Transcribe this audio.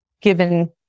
given